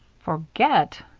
forget!